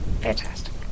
Fantastic